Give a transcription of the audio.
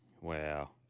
Wow